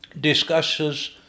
discusses